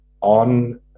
on